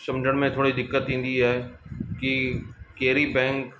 सम्झण में थोरी दिक़त थींदी आहे की कहिड़ी बैंक